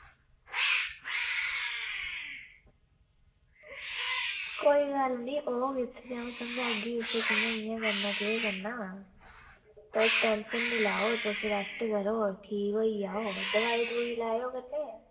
कोई गल्ल निं औग इत्थें ते समझागी उसगी कि कियां कियां करना केह् करना तुस टेंशन निं लैओ तुस रेस्ट करो ठीक होई जाओ दोआई लैयो कन्नै